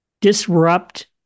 Disrupt